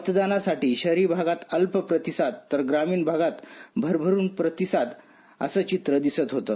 मतदानासाठी केंद्रावर भागात अल्प प्रतिसाद तर ग्रामीण भागात भरभरून प्रतिसादचं चित्र दिसत होतं